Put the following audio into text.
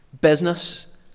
business